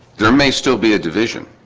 there may still be a division.